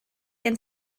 gen